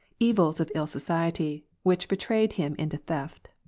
evils of ill society, which betrayed him into theft.